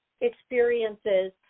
experiences